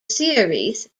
series